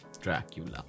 dracula